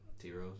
T-Rose